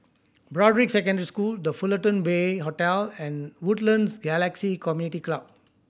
Broadrick Secondary School The Fullerton Bay Hotel and Woodlands Galaxy Community Club